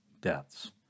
deaths